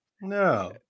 No